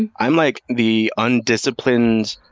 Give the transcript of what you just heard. and i'm like the undisciplined,